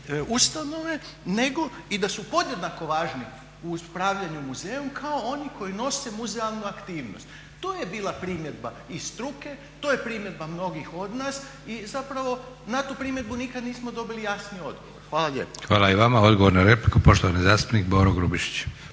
ustanove nego i da su podjednako važni u upravljanju muzejom kao oni koji nose muzealnu aktivnost. To je bila primjedba i struke, to je primjedba mnogih od nas i zapravo na tu primjedbu nikad nismo dobili jasniji odgovor. Hvala lijepo. **Leko, Josip (SDP)** Hvala i vama. Odgovor na repliku, poštovani zastupnik Boro Grubišić.